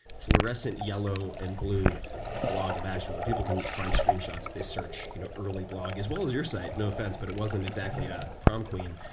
fluorescent yellow and blue blog imaginable. people can find screen shots if they search you know early blog. as well as your site, no offense. but, it wasn't exactly a prom queen.